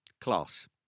Class